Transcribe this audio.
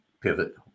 pivot